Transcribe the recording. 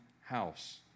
house